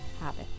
habit